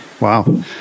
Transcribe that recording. Wow